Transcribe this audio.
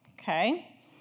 Okay